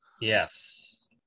Yes